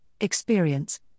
experience